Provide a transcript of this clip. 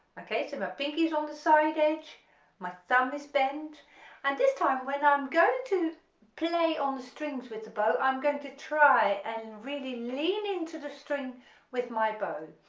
okay so my pinky is on the side edge my thumb is bent and this time when i'm going to play on the strings with the bow i'm going to try and really lean into the string with my bow,